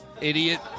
Idiot